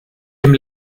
dem